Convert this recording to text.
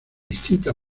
distinta